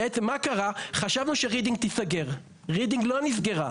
מה שקרה זה שחשבנו שרידינג תיסגר אבל היא לא נסגרה.